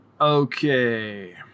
Okay